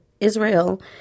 Israel